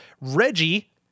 Reggie